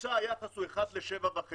ובממוצע היחס הוא 1 ל-7.5